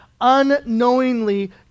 unknowingly